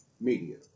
media